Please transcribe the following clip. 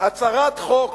הצהרת חוק